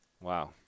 Wow